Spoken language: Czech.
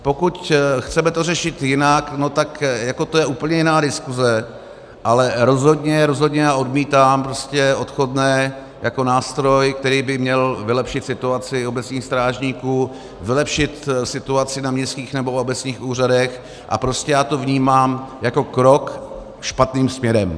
Pokud to chceme řešit jinak, tak to je úplně jiná diskuze, ale rozhodně já odmítám prostě odchodné jako nástroj, který by měl vylepšit situaci obecních strážníků, vylepšit situaci na městských nebo obecních úřadech, a prostě já to vnímám jako krok špatným směrem.